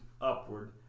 upward